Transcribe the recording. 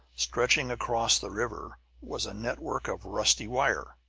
stretching across the river was a network of rusty wire,